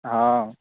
हँ